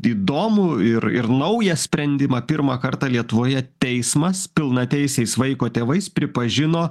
įdomų ir ir naują sprendimą pirmą kartą lietuvoje teismas pilnateisiais vaiko tėvais pripažino